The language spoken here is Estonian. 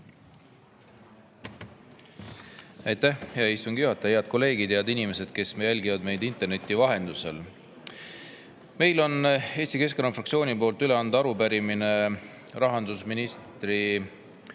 hea istungi juhataja! Head kolleegid! Head inimesed, kes jälgivad meid interneti vahendusel! Meil on Eesti Keskerakonna fraktsiooni poolt üle anda arupärimine rahandusminister härra